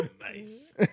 Nice